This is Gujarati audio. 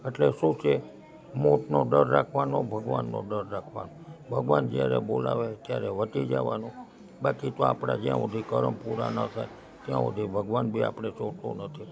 એટલે શું છે મોતનો ડર રાખવાનો ભગવાનનો ડર રાખવાનો ભગવાન જ્યારે બોલાવે ત્યારે વટી જવાનું બાકી તો આપણા જ્યાં સુધી કરમ પૂરા ન થાય ત્યાં સુધી ભગવાન બી આપણને છોડતો નથી